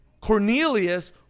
Cornelius